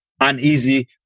uneasy